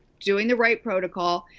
doing the right protocol,